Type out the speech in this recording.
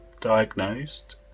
diagnosed